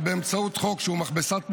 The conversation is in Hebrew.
ובאמצעות חוק שהוא מכבסת מילים,